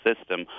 system